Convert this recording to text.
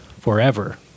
forever